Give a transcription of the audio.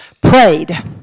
prayed